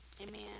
Amen